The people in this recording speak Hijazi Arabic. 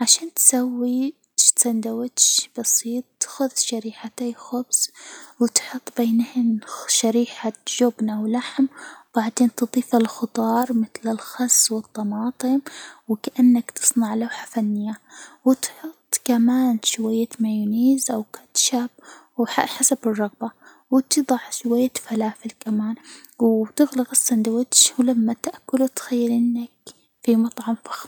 عشان تسوي شي ساندويتش بسيط، خذ شريحتي خبز وتحط بينهم خ شريحة جبنة ولحم، وبعدين تضيف الخضار مثل الخس والطماطم، وكأنك تصنع لوحة فنية، وتحط كمان شوية مايونيز أو كاتشاب حسب الرغبة، وتضع شوية فلافل كمان، وتغلق الساندويتش، ولما تأكله تخيل إنك في مطعم فخم.